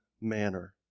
manner